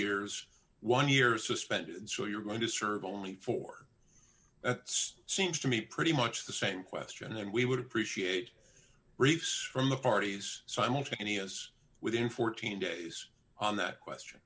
years one year suspended so you're going to serve only four that's seems to me pretty much the same question then we would appreciate briefs from the parties simultaneous within fourteen days on that question